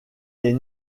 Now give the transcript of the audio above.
est